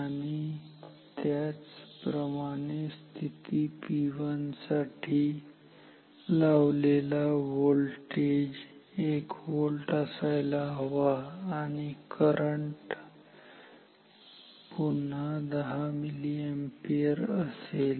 आणि त्याच प्रमाणे स्थिती P1 साठी लावलेला व्होल्टेज 1 व्होल्ट असायला हवा आणि करंट पुन्हा एकदा 10 मिलीअॅम्पियर असेल